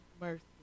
mercy